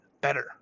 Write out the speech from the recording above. better